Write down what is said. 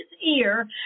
ear